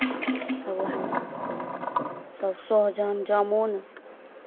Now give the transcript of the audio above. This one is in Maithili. सभ उएहमे सभ सोहजन जामुन